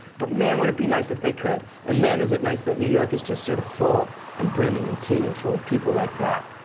but, man, would it be nice if they could. and, man, is it nice that new york is just sort of full and brimming and teeming of people like that.